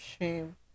shame